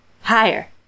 Higher